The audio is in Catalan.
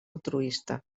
altruista